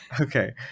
Okay